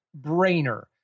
brainer